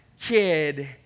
kid